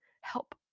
help